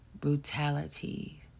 brutality